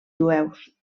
jueus